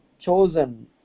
chosen